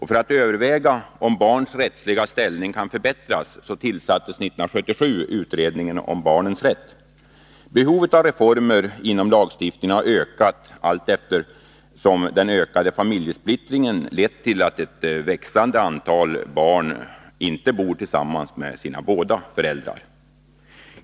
För att överväga om barns rättsliga ställning kan förbättras tillsattes 1977 utredningen om barnens rätt. Behovet av reformer inom lagstiftningen har ökat, allteftersom den ökade familjesplittringen lett till att en växande andel av barnen inte bor tillsammans med sina båda föräldrar.